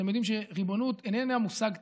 אתם יודעים, ריבונות איננה מושג תיאורטי,